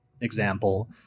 example